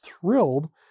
thrilled